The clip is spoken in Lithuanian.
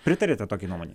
pritariate tokiai nuomonei